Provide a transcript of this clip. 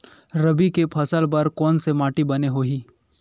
रबी के फसल बर कोन से माटी बने होही?